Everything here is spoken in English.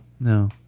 No